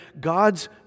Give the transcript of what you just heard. God's